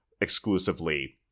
exclusively